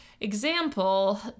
example